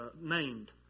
named